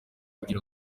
kugira